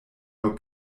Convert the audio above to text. nur